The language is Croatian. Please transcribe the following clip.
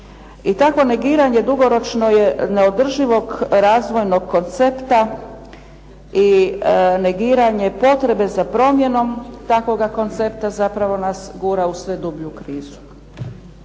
takvo negiranje dugoročno je neodrživog razvojnog koncepta i negiranje potrebe za promjenom takvoga koncepta zapravo nas gura u sve dublju krizu.